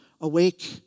Awake